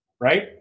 right